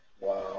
Wow